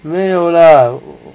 没有 lah